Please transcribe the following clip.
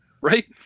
Right